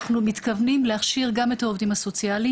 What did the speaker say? אנחנו מתכוונים להכשיר גם את העובדים הסוציאליים.